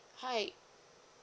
hi